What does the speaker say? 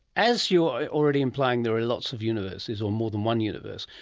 as you're already implying there are lots of universes or more than one universe,